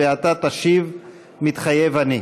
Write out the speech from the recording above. ואתה תשיב: מתחייב אני.